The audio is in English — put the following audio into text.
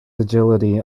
agility